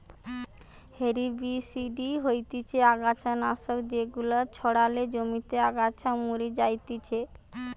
herbicide হতিছে অগাছা নাশক যেগুলা ছড়ালে জমিতে আগাছা মরি যাতিছে